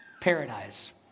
Paradise